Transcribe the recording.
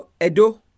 Edo